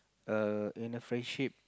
err in a friendship